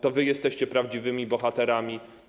To wy jesteście prawdziwymi bohaterami.